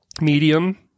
medium